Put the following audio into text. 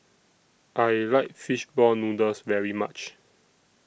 I like Fish Ball Noodles very much